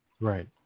Right